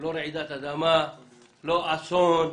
בלי רעידת אדמה ובלי אסונות.